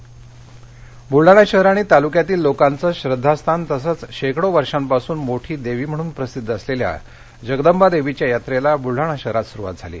यात्रा बलढाणा बुलढाणा शहर आणि तालुक्यातील लोकांचे श्रद्वास्थान तसंच शेकडो वर्षापासून मोठी देवी म्हणून प्रसिद्ध असलेल्या जगदंबा देवीच्या यात्रेला बलढाणा शहरात सुरुवात झाली